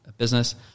Business